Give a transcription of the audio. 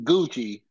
Gucci